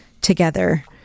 together